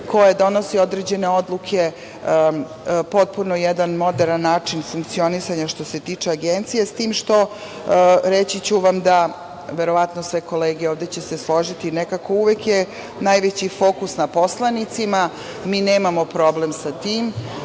koje donosi određene odluke, potpuno jedan moderan način funkcionisanja što se tiče Agencije, s tim što, reći ću vam da, verovatno sve kolege ovde će se složiti, nekako uvek je najveći fokus na poslanicima. Mi nemamo problem sa tim,